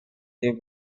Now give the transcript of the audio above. they